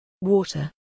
Water